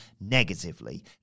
negatively